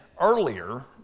earlier